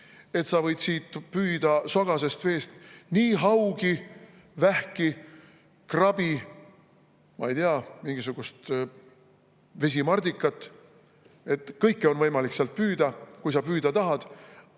et sa võid sellest sogasest veest püüda nii haugi, vähki, krabi kui ka, ma ei tea, mingisugust vesimardikat. Kõike on võimalik sealt püüda, kui sa püüda tahad.